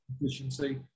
efficiency